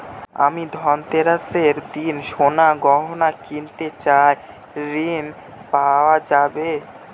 আমি ধনতেরাসের দিন সোনার গয়না কিনতে চাই ঝণ পাওয়া যাবে?